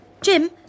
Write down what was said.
Jim